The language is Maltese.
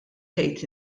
tgħid